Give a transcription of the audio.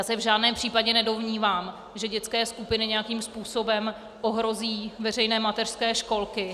Já se v žádném případě nedomnívám, že dětské skupiny nějakým způsobem ohrozí veřejné mateřské školky.